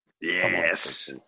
yes